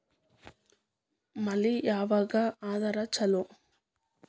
ಮಳಿ ಯಾವಾಗ ಆದರೆ ಛಲೋ?